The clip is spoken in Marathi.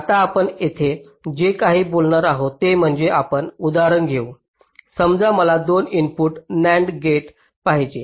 आता आपण येथे जे काही बोलणार आहोत ते म्हणजे आपण उदाहरण घेऊ समजा मला 2 इनपुट NAND गेट पाहिजे